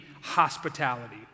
hospitality